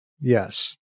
yes